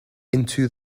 into